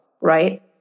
right